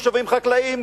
מושבים חקלאיים,